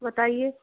बताइए